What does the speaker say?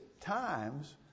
times